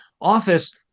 office